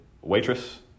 waitress